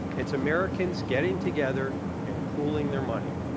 it's americans getting together and pooling their money.